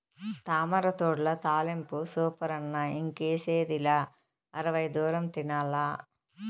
తామరతూడ్ల తాలింపు సూపరన్న ఇంకేసిదిలా అరవై దూరం తినాల్ల